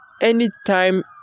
anytime